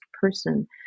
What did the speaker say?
person